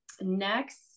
Next